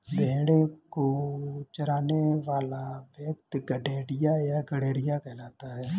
भेंड़ों को चराने वाला व्यक्ति गड़ेड़िया या गरेड़िया कहलाता है